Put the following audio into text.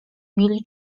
mieli